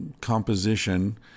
composition